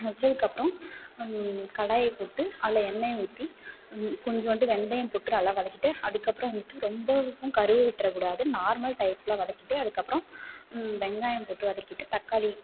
வைச்சத்துக்கு அப்புறம் கடாயை போட்டு அதில் எண்ணெயை ஊற்றி கொஞ்சோண்டு வெந்தயம் போட்டு நல்லா வதக்கிட்டு அதுக்கு அப்புறம் வந்துட்டு ரொம்பவும் கருக விட்டுற கூடாது நார்மல் டைப்பில் வதக்கிட்டு அதுக்கு அப்புறம் வெங்காயம் போட்டு வதக்கிட்டு தக்காளி